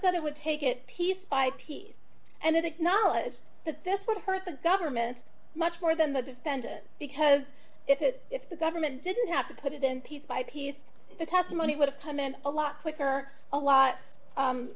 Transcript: said it would take it piece by piece and it acknowledged that this would hurt the government much more than the defendant because if it if the government didn't have to put it in piece by piece the testimony would have come in a lot quicker a lot